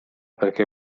perché